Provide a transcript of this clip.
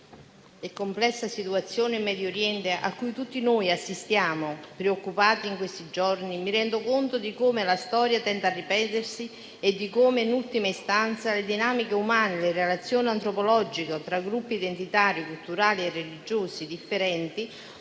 e complessa situazione in Medio Oriente, a cui tutti noi assistiamo preoccupati in questi giorni, mi rendo conto di come la storia tenda a ripetersi e di come, in ultima istanza, le dinamiche umane e le relazioni antropologiche tra gruppi identitari, culturali e religiosi differenti